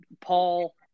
Paul